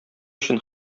өчен